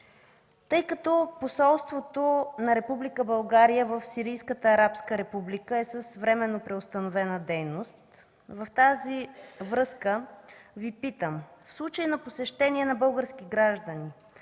Тъй като посолството на Република България в Сирийската арабска република е с временно преустановена дейност в тази връзка Ви питам: В случай на посещение на български граждани